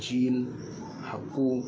ᱡᱮᱹᱞ ᱦᱟᱠᱳ